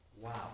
Wow